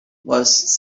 was